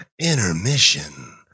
intermission